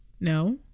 No